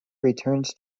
returns